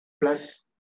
plus